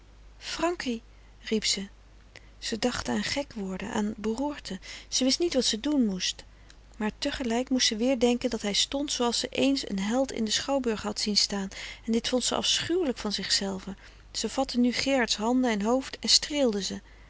frankie riep ze ze dacht aan gek worden aan beroerte ze wist niet wat ze doen moest maar tegelijk moest ze weer denken dat hij stond zooals ze eens een held in den schouwburg had zien staan en dit vond ze afschuwelijk van zichzelve ze vatte nu gerards handen en hoofd en streelde ze